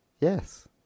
Yes